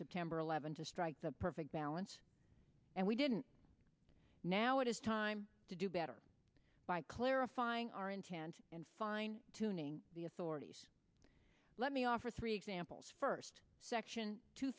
september eleventh to strike the perfect balance and we didn't now it is time to do better by clarifying our intent and fine tuning the authorities let me offer three examples first section two